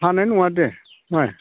हानाय नङा दे आं